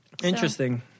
Interesting